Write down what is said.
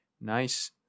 Nice